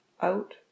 out